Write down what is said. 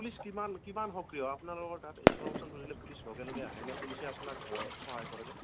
police কিমান কিমান সক্ৰিয় আপোনালোকৰ তাত ইনফ্ৰৰমেচনটো দিলে পুলিচ লগে লগে আহেনে পুলিচে আপোনাক সহায় কৰেনে